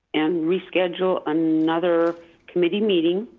and reschedule another committee meeting,